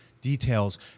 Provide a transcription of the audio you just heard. details